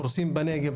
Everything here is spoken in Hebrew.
הורסים בנגב,